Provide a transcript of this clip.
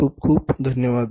खूप खूप धन्यवाद